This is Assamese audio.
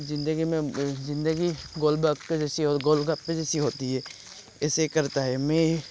জিন্দেগী মে জিন্দেগী গোল গপ্পে যেইচী হে গোল গপ্পে যেইচী হ'তি হ্যে এইচে কৰতা হ্যে মে